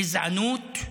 גזענות,